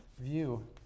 view